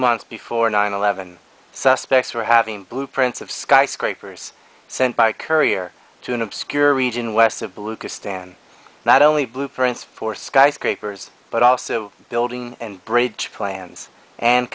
months before nine eleven suspects were having blueprints of skyscrapers sent by courier to an obscure region west of blue could stand not only blueprints for skyscrapers but also building and bridge plans and